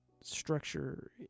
structure